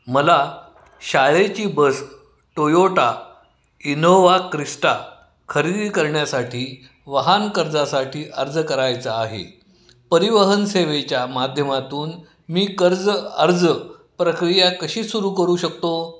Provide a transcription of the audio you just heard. मला शाळेची bus Toyota Innova Crysta खरेदी करण्यासाठी वाहन कर्जासाठी अर्ज करायचा आहे परिवहन सेवेच्या माध्यमातून मी कर्ज अर्ज प्रक्रिया कशी सुरू करू शकतो